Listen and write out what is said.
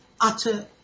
utter